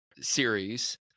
series